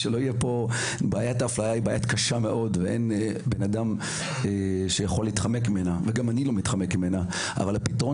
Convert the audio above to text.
גם בפרשת עמנואל וגם בפרשת